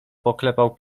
poklepał